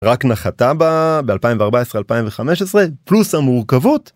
‫רק נחתה בה ב-2014-2015, ‫פלוס המורכבות.